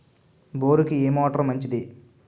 బోరుకి ఏ మోటారు మంచిది?